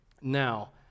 Now